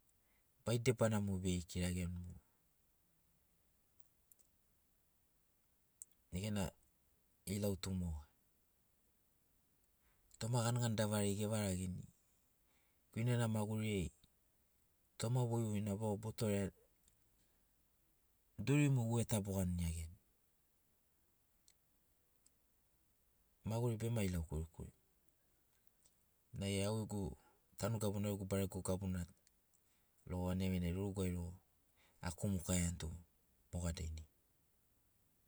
Bai debana mo be kirariani mo be ena ilau tu moga toma ganigani davari evarageni guinena maguriai toma voivoina vau botoreani dorimo we ta boganiaiani maguri bema ilau korikori nai au gegu tanu gabuna au gegu barego gabuna logo vanagi vanagi roruguai rogo akumukaiani tu moga dainai